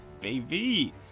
baby